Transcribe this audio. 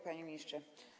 Panie Ministrze!